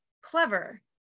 clever